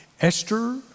Esther